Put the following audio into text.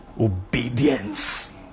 obedience